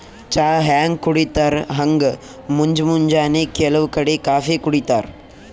ಚಾ ಹ್ಯಾಂಗ್ ಕುಡಿತರ್ ಹಂಗ್ ಮುಂಜ್ ಮುಂಜಾನಿ ಕೆಲವ್ ಕಡಿ ಕಾಫೀ ಕುಡಿತಾರ್